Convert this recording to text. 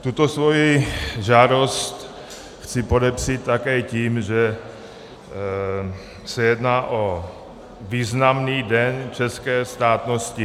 Tuto svoji žádost chci podepřít také tím, že se jedná o významný den české státnosti.